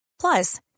Plus